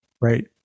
right